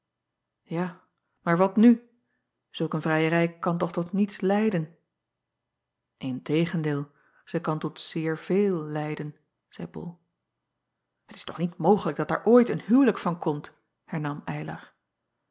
a maar wat nu zulk een vrijerij kan toch tot niets leiden n tegendeel zij kan tot zeer veel leiden zeî ol et is toch niet mogelijk dat daar ooit een huwelijk van komt